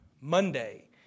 Monday